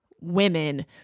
women